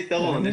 לזה יתרון.